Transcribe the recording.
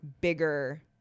bigger